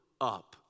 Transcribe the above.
up